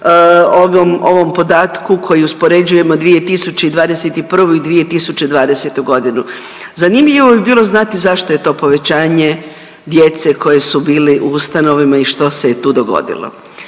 ovom podatku koji uspoređujemo 2021. i 2020.g., zanimljivo bi bilo znati zašto je to povećanje djece koji su bili u ustanovama i što se je tu dogodilo.